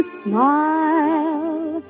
smile